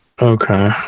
Okay